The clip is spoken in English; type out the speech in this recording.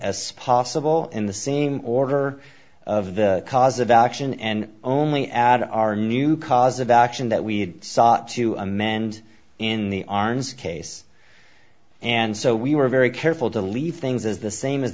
as possible in the same order of the cause of action and only add our new cause of action that we sought to amend in the arns case and so we were very careful to leave things as the same as